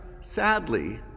sadly